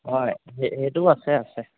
হয় এইটো আছে আছে